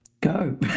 Go